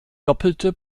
doppelte